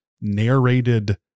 narrated